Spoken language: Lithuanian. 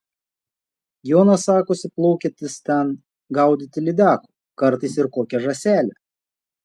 jonas sakosi plaukiantis ten gaudyti lydekų kartais ir kokią žąselę